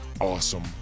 awesome